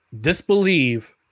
Disbelieve